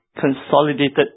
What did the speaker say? consolidated